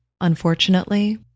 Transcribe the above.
Unfortunately